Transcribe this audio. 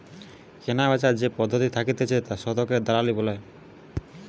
কেনাবেচার যে পদ্ধতি থাকতিছে শতকের দালালি করা